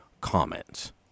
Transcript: comments